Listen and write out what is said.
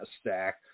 stack